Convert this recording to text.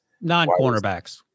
Non-cornerbacks